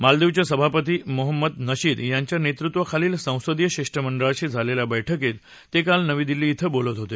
मालदीवचे सभापती मोहम्मद नशीद यांच्या नेतृत्वाखालील संसदीय शिष्टनंडळाशी झालेल्या बैठकीत ते काल नवी दिल्ली धिं बोलत होते